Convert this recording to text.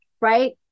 right